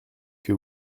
que